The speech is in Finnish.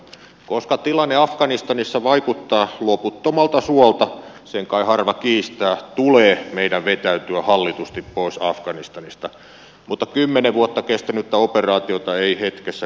koska tilanne afganistanissa vaikuttaa loputtomalta suolta sen kai harva kiistää tulee meidän vetäytyä hallitusti pois afganistanista mutta kymmenen vuotta kestänyttä operaatiota ei hetkessä kotiuteta